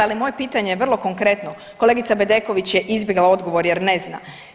Ali moje pitanje je vrlo konkretno, kolegica Bedeković je izbjegla odgovor jer ne zna.